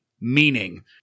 meaning